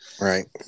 Right